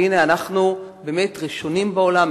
והנה אנחנו ראשונים בעולם,